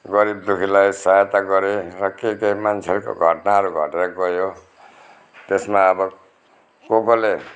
गरिब दु खीलाई सहायता गरे र केके मान्छेहरको घट्नाहरू घटेर गयो त्यसमा आबो कस कसले